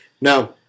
Now